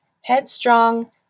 headstrong